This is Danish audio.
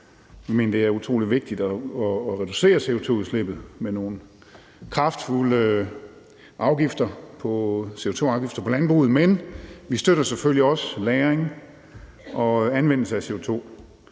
det er utrolig vigtigt at reducere CO2-udslippet med nogle kraftfulde CO2-afgifter på landbruget. Men vi støtter selvfølgelig også lagring og anvendelse af CO2.